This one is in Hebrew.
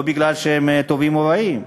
לא בגלל שהם טובים או רעים.